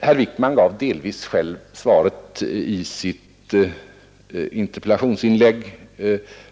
Herr Wijkman gav delvis själv svaret i sitt inlägg i interpellationsdebatten.